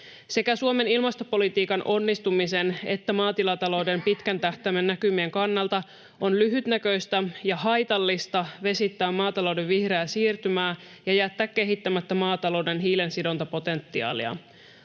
Sekä Suomen ilmastopolitiikan onnistumisen että maatilatalouden pitkän tähtäimen näkymien kannalta on lyhytnäköistä ja haitallista vesittää maatalouden vihreää siirtymää ja jättää kehittämättä maatalouden hiilensidontapotentiaalia.